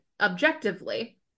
objectively